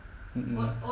mm mm